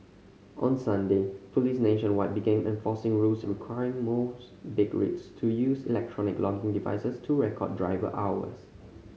on Sunday police nationwide began enforcing rules requiring most big rigs to use electronic logging devices to record driver hours